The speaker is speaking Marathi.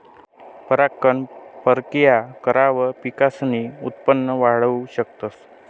परागकण परकिया करावर पिकसनं उत्पन वाढाऊ शकतस